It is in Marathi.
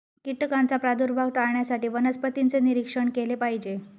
कीटकांचा प्रादुर्भाव टाळण्यासाठी वनस्पतींचे निरीक्षण केले पाहिजे